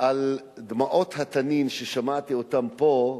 על דמעות התנין שראיתי פה,